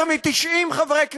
יותר מ-90 חברי כנסת,